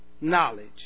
knowledge